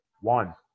One